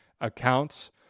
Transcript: accounts